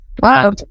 wow